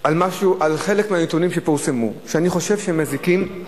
על חלק מהנתונים שפורסמו, שאני חושב שהם מזיקים,